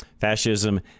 Fascism